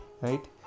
right